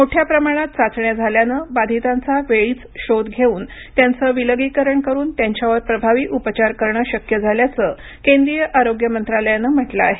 मोठ्या प्रमाणात चाचण्या झाल्यानं बाधितांचा वेळीच शोध घेऊन त्यांचं विलगीकरण करून त्यांच्यावर प्रभावी उपचार करणं शक्य झाल्याचं केंद्रीय आरोग्य मंत्रालयानं म्हटलं आहे